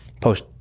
post